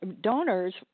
donors